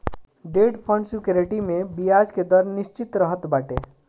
debt fund security में बियाज के दर निश्चित रहत बाटे